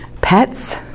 pets